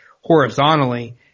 horizontally